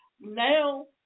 Now